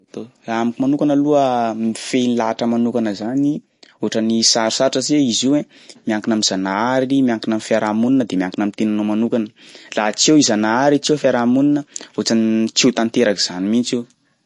Raha amiko manokana aloha mifehy ny lahatra manokana zany ohatrany sarosarotra satria izy io ein miankina am'Zanahary, miankina am'fiarahamonina, de miankina am'tenanao manokana, laha tsy eo i Zanahary, tsy eo fiarahamonina ohatrany tsy ho tanteraky zany mihitsy io.